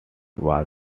was